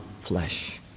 flesh